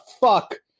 fuck